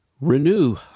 Renew